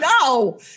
No